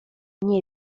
nie